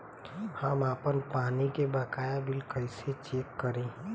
हम आपन पानी के बकाया बिल कईसे चेक करी?